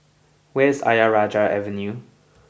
where is Ayer Rajah Avenue